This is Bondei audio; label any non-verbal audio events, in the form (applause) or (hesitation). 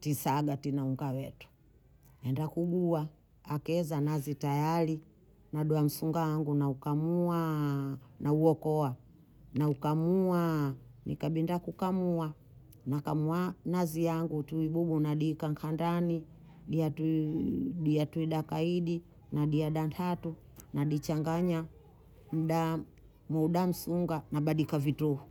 tisaga tina unga wetu, aenda kuguha, akeza nazi tayari, nadoha msunga wangu, (hesitation) naukamuaaa nauhokoa, (hesitation) naukamuaaa, nkabinda kukamua, nakamua nazi yangu tui bubu nadihika nkandani, dia (hesitation) tuiii dia tui dakaidi na dia dantatu, nadichanganya mdaa, muda msunga, nabadika vituhu